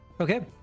Okay